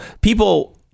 people